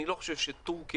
אני לא חושב שתורכיה,